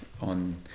on